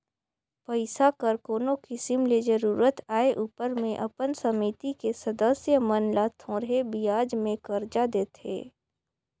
पइसा कर कोनो किसिम ले जरूरत आए उपर में अपन समिति के सदस्य मन ल थोरहें बियाज में करजा देथे